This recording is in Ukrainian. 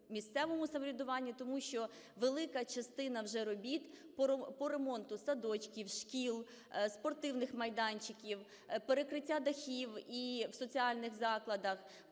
місцевому самоврядуванні, тому що велика частина вже робіт по ремонту садочків, шкіл, спортивних майданчиків, перекриття дахів в соціальних закладах,